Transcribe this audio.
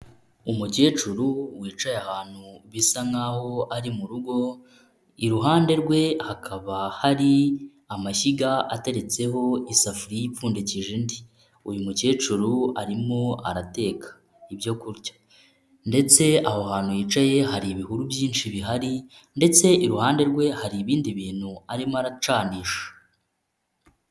Umukecuru wicaye ahantu bisa nkaho ari mu rugo, iruhande rwe hakaba hari amashyiga ateretseho isafuriya ipfundikije indi, uyu mukecuru arimo arateka ibyo kurya, ndetse aho hantu yicaye hari ibihuru byinshi bihari, ndetse iruhande rwe hari ibindi bintu arimo aracanisha.